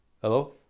Hello